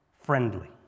friendly